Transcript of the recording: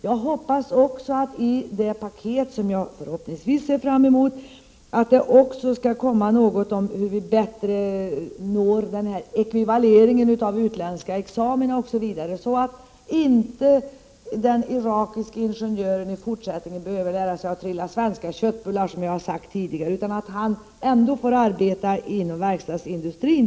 Jag hoppas också att det paket som jag ser fram emot kommer skall innehålla något om hur vi bättre når ekvivaleringen av utländska examina, så att inte den irakiske ingenjören i fortsättningen behöver lära sig att trilla svenska köttbullar, som jag sade tidigare, utan att han får arbeta t.ex. inom verkstadsindustrin.